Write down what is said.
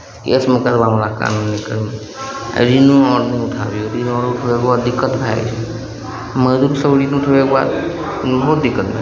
केस मुकदमावला काम नहि करू तऽ ऋणो उन नहि उठाबू बहुत दिक्कत भए जाइ छै मजदूरसभ ऋण उठबैके बाद बहुत दिक्कत भऽ जाइ छै